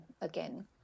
again